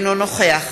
אינו נוכח